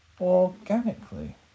organically